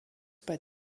bei